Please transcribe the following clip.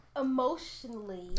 emotionally